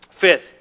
Fifth